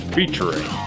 Featuring